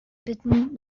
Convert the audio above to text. bitten